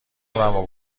عمرمو